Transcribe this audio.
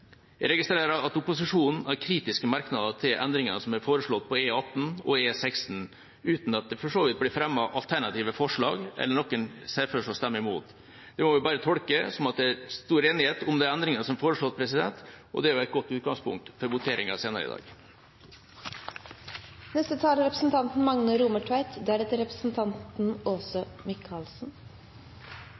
Jeg registrerer at opposisjonen har kritiske merknader til endringene som er foreslått på E18 og E16, uten at det for så vidt blir fremmet alternative forslag, eller at noen ser for seg å stemme imot. Det må vi bare tolke som at det er stor enighet om de endringene som er foreslått, og det er et godt utgangspunkt for voteringa senere i dag. I desse proposisjonane er